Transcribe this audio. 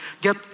get